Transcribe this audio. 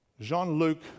Jean-Luc